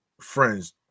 friends